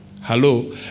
Hello